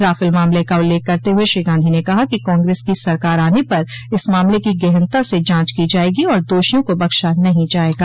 Rafale मामले का उल्लेख करते हुए श्री गांधी ने कहा कि कांग्रेस की सरकार आने पर इस मामले की गहनता से जांच की जायेगी और दोषियों को बख्शा नहीं जायेगा